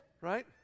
right